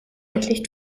rötlich